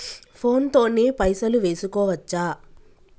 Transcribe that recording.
Phone తోని పైసలు వేసుకోవచ్చా?